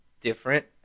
different